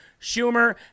Schumer